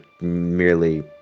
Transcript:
merely